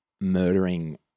murdering